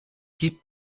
gibt